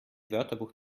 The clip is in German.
wörterbuch